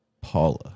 paula